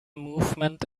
movement